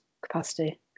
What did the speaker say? capacity